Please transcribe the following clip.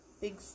Big